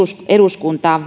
eduskuntaan